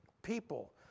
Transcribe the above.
People